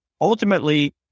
ultimately